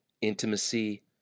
intimacy